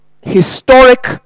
historic